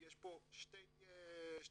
יש פה שתי החלטות,